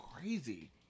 crazy